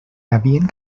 havien